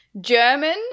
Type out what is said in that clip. german